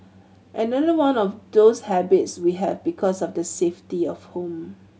another one of those habits we have because of the safety of home